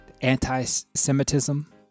anti-Semitism